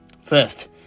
First